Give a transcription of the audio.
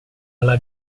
alla